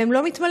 והם לא מתמלאים.